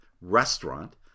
restaurant